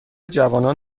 جوانان